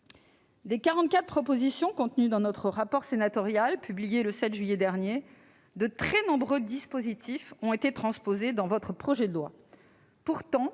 Des 44 propositions contenues dans notre rapport sénatorial publié le 7 juillet dernier, de très nombreux dispositifs ont été transposés dans votre projet de loi.